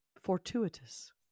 Fortuitous